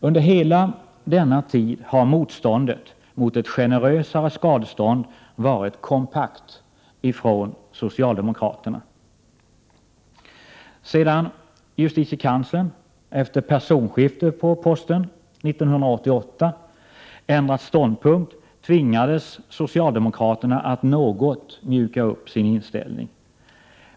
Under hela denna tid har motståndet mot ett generösare skadeståndsansvar varit kompakt från socialdemokraterna. Sedan justitiekanslern — efter personskifte på posten — 1988 ändrat ståndpunkt, tvingades socialdemokraterna att något mjuka upp sin inställning.